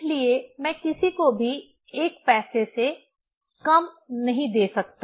इसलिए मैं किसी को भी 1 पैसे से कम नहीं दे सकता